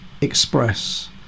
express